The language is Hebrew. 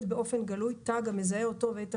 באופן גלוי תג המזהה אותו ואת תפקידו,